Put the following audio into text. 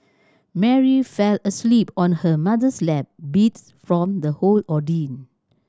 Mary fell asleep on her mother's lap beat from the whole ordeal